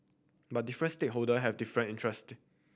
but different stakeholder have different interest